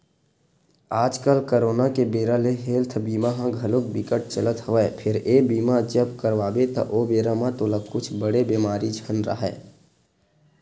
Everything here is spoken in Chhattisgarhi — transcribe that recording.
आजकल करोना के बेरा ले हेल्थ बीमा ह घलोक बिकट चलत हवय फेर ये बीमा जब करवाबे त ओ बेरा म तोला कुछु बड़े बेमारी झन राहय